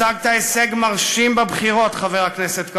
השגת הישג מרשים בבחירות, חבר הכנסת כחלון.